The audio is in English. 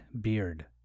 beard